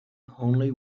only